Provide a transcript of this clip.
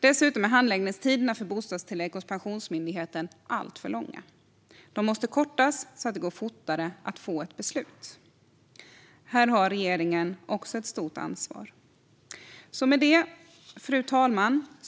Dessutom är handläggningstiderna för bostadstillägg hos Pensionsmyndigheten alltför långa. De måste kortas så att det går fortare att få ett beslut. Här har regeringen också ett stort ansvar. Fru talman!